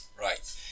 Right